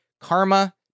karma